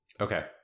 Okay